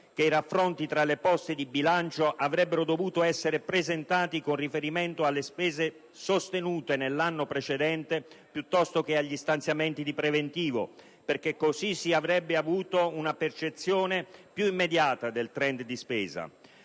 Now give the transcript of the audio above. che i raffronti tra le poste di bilancio avrebbero dovuto essere presentate con riferimento alle spese sostenute nell'anno precedente piuttosto che agli stanziamenti di preventivo. In questo modo, infatti, si sarebbe ottenuta una percezione più immediata del *trend* di spesa;